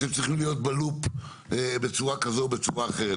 ואתם צריכים להיות בלופ בצורה כזו או אחרת.